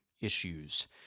issues